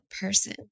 person